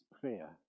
prayer